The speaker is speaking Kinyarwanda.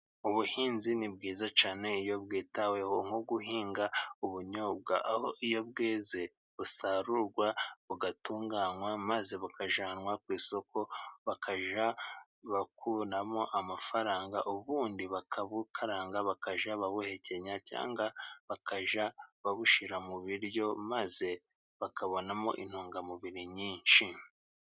Ubuhinzi ni bwiza cyane iyo bwitaweho nko guhinga ubunyobwa, aho iyo bweze busarurwa bugatunganywa maze bukajyanwa ku isoko, bakajya bakuramo amafaranga ubundi bakabukaranga bakajya babuhekenya, cyangwa bakajya babushyira mu biryo maze bakabonamo intungamubiri nyinshi.